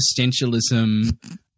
existentialism